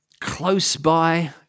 close-by